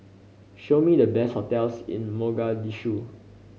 show me the best hotels in Mogadishu